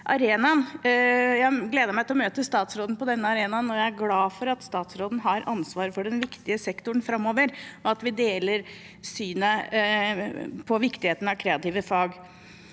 har gledet meg til å møte statsråden på denne arenaen. Jeg er glad for at statsråden har ansvar for denne viktige sektoren framover, og at vi deler synet på viktigheten av kreative fag.